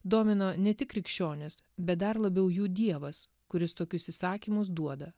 domino ne tik krikščionys bet dar labiau jų dievas kuris tokius įsakymus duoda